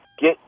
get